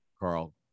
Carl